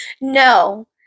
no